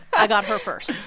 i got her first